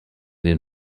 den